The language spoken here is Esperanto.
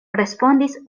respondis